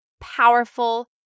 powerful